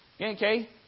Okay